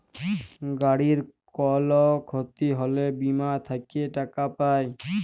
গাড়ির কল ক্ষতি হ্যলে বীমা থেক্যে টাকা পায়